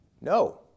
No